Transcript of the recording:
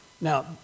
Now